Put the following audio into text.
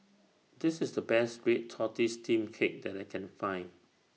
This IS The Best Red Tortoise Steamed Cake that I Can Find